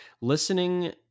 listening